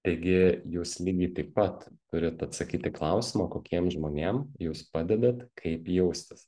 taigi jūs lygiai taip pat turit atsakyt į klausimą kokiem žmonėm jūs padedat kaip jaustis